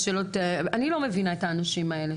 אז שלא, אני לא מבינה את האנשים האלה.